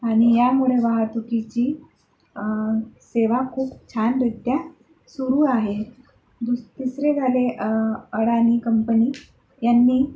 आणि यामुळे वाहतुकीची सेवा खूप छानरीत्या सुरू आहे दू तिसरे झाले अडाणी कंपनी यांनी